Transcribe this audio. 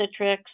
Citrix